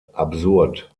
absurd